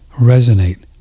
resonate